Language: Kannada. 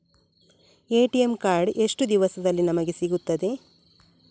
ಎ.ಟಿ.ಎಂ ಕಾರ್ಡ್ ಎಷ್ಟು ದಿವಸದಲ್ಲಿ ನಮಗೆ ಸಿಗುತ್ತದೆ?